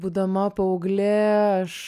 būdama paauglė aš